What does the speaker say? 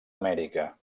amèrica